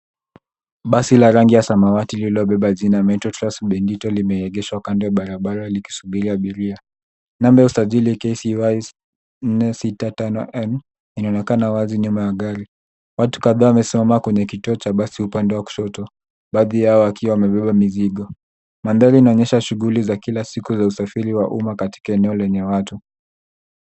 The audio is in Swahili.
Basi la rangi ya samawati lililobeba jina Metro Trans Bendito limeegeshwa kando barabara likisubiria abiria. Namba ya usajili KCY 465N inaonekana wazi nyuma ya gari. Watu kadhaa wamesimama kwenye kituo cha basi upande wa kushoto, baadhi yao wakiwa wamebeba mizigo. Mandhari inaonyesha shughuli za kila siku za usafiri wa umma katika eneo lenye watu.